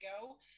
go